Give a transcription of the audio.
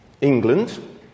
England